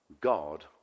God